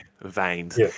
veins